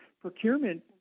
procurement